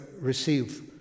receive